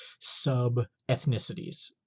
sub-ethnicities